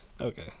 Okay